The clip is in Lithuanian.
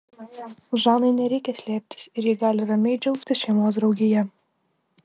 žanai nereikia slėptis ir ji gali ramiai džiaugtis šeimos draugija